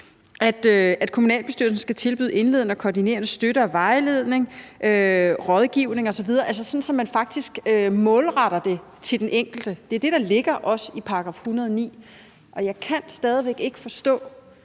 at kommunalbestyrelsen skal tilbyde indledende og koordinerende støtte og vejledning, rådgivning osv., hvis du bliver udsat for vold, så man faktisk målretter det til den enkelte. Det er det, der også ligger i § 109. Jeg kan stadig væk ikke forstå,